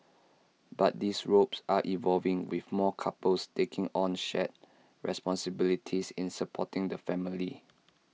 but these roles are evolving with more couples taking on shared responsibilities in supporting the family